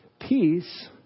Peace